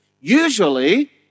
Usually